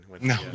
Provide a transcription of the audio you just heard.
No